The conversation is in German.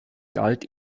galt